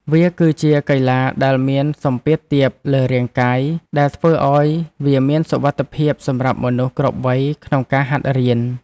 វាគឺជាកីឡាដែលមានសម្ពាធទាបលើរាងកាយ ដែលធ្វើឱ្យវាមានសុវត្ថិភាពសម្រាប់មនុស្សគ្រប់វ័យក្នុងការហាត់រៀន។